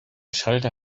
schalter